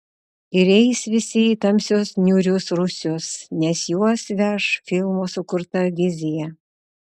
ir eis visi į tamsius niūrius rūsius nes juos veš filmų sukurta vizija